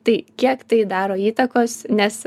tai kiek tai daro įtakos nes